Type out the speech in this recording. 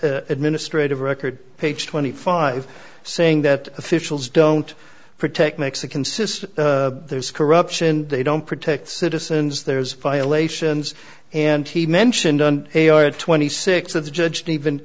that administrative record page twenty five saying that officials don't protect mexican says there's corruption they don't protect citizens there's violations and he mentioned on a r twenty six of the judge